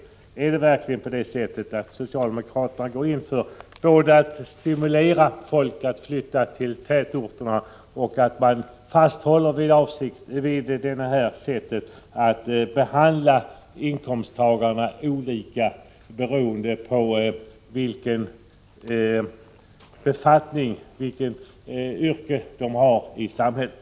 Går verkligen socialdemokraterna in för att stimulera folk att flytta till tätorter, och håller socialdemokraterna fast vid detta sätt att behandla inkomsttagarna olika beroende på vilket yrke de har i samhället?